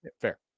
Fair